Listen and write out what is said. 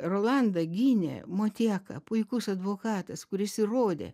rolandą gynė motieka puikus advokatas kuris įrodė